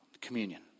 communion